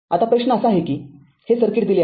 आता प्रश्न असा आहे कि हे सर्किट दिले आहे